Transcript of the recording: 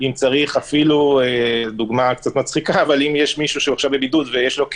או אפילו למשל לעזור עם הכלב.